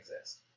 exist